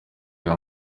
iyo